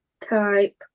type